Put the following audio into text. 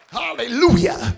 hallelujah